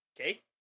okay